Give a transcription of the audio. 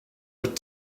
but